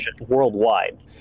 worldwide